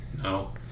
No